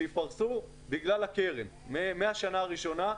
שייפרסו בגלל הקרן מהשנה הראשונה.